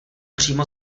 přímo